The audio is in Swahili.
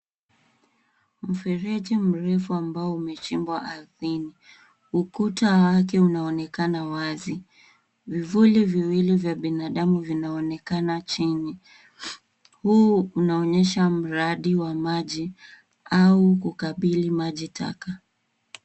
Mfereji mrefu ambao umechimbwa ardhini ukuta wake unaonekana wazi vifuli viwili vya binadamu vinaonekana chini. Huu unaonyesha mradi wa maji au kukabili maji taka.